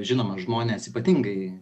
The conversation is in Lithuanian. žinoma žmonės ypatingai